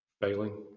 failing